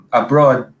abroad